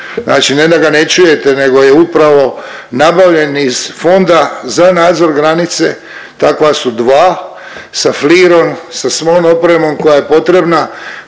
znači ne da ga ne čujete nego je upravo nabavljan iz fonda za nadzor granice, takva su dva sa flirom sa svom opremom koja je potrebna.